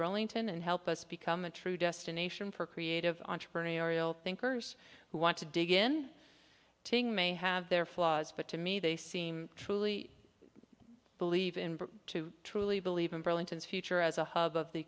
burlington and help us become a true destination for creative entrepreneurial thinkers who want to dig in tng may have their flaws but to me they seem truly believe in to truly believe in burlington's future as a hub of the